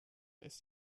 ist